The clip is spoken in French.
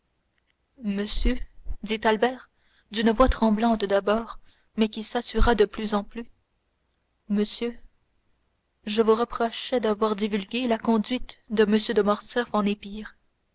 monsieur dit albert d'une voix tremblante d'abord mais qui s'assura de plus en plus monsieur je vous reprochais d'avoir divulgué la conduite de m de morcerf en